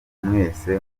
mwese